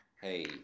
Hey